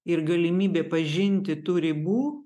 ir galimybė pažinti tų ribų